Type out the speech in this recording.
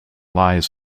lies